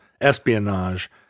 espionage